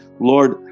Lord